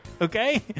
okay